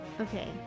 Okay